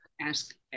ask